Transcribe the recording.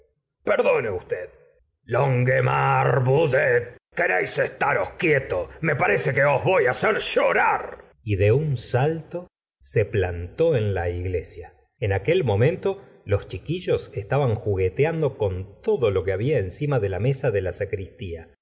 perdone usted lo m vade queréis estaros quietos me parece que os voy hacer llorar y de un salto se plantó en la iglesia en aquel momento los chiquillos estaban jugueteando con todo lo que había encima de la mesa de la sacristía